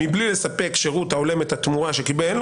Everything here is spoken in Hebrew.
מבלי לספק שירות ההולם את התמורה שקיבל,